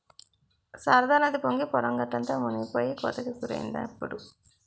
శారదానది పొంగి పొలం గట్టంతా మునిపోయి కోతకి గురైందిప్పుడు